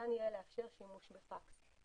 ניתן יהיה לאפשר שימוש בפקס.